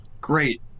great